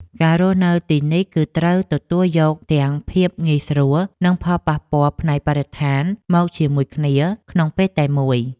ការរស់នៅទីនេះគឺត្រូវទទួលយកទាំងភាពងាយស្រួលនិងផលប៉ះពាល់ផ្នែកបរិស្ថានមកជាមួយគ្នាក្នុងពេលតែមួយ។